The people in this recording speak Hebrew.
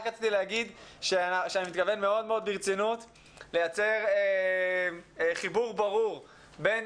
רק רציתי להגיד שאני מתכוון ברצינות רבה לייצר חיבור ברור בין